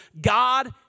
God